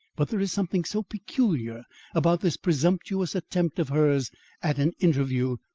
but there is something so peculiar about this presumptuous attempt of hers at an interview,